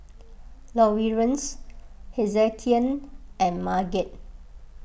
Lawerence Hezekiah and Marget